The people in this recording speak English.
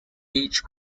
age